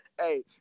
Hey